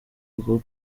bwo